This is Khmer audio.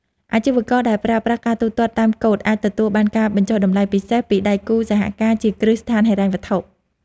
អាជីវករដែលប្រើប្រាស់ការទូទាត់តាមកូដអាចទទួលបានការបញ្ចុះតម្លៃពិសេសពីដៃគូសហការជាគ្រឹះស្ថានហិរញ្ញវត្ថុ។